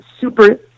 super